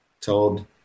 told